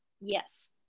Yes